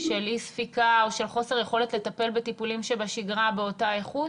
של אי ספיקה או של חוסר יכולת לטפל בטיפולים שבשגרה באותה איכות?